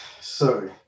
sorry